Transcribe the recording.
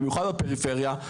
במיוחד בפריפריה.